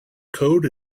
code